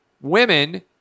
women